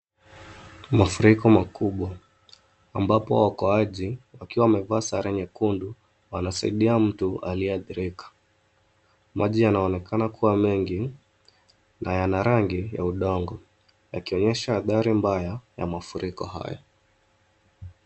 Maafriko makubwa ambapo waokoaji wakiwa wamevaa sare nyekundu, wanasaidia mtu aliaye adhirika. Maji yanaonekana kuwa mengi na yana rangi ya udongo, yakionyesha adhari mbaya ya maafriko haya.